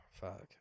fuck